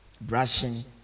brushing